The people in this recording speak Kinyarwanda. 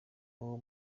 uwo